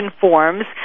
forms